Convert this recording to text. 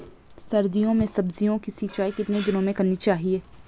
सर्दियों में सब्जियों की सिंचाई कितने दिनों में करनी चाहिए?